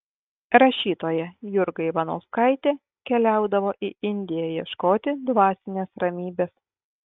rašytoja jurga ivanauskaitė keliaudavo į indiją ieškoti dvasinės ramybės